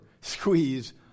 squeeze